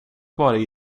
vare